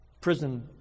prison